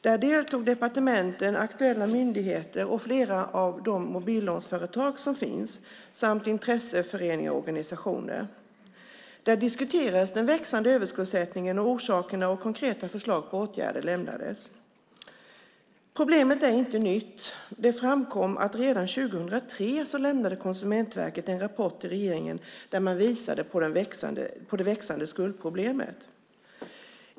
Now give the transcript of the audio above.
Där deltog departementen, aktuella myndigheter och flera av de mobillånsföretag som finns samt intresseföreningar och organisationer. Där diskuterades den växande överskuldsättningen och orsakerna, och konkreta förslag på åtgärder lämnades. Problemet är inte nytt. Det framkom att Konsumentverket redan 2003 lämnade en rapport till regeringen där man visade på det växande skuldproblemet.